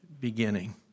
beginning